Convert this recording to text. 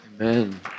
Amen